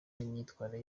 n’imyitwarire